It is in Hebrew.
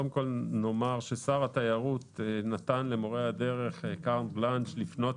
שר התיירות נתן למורי הדרך קארט בלאנש לפנות